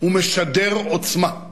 הוא משדר עוצמה.